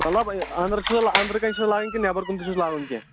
مطلب أنٛدرٕ أنٛدرٕ کنہِ چھُِو لَاگٕنۍ کِنہٕ نیٚبر کُن تہِ چھُس لَاگُن کیٚنٛہہ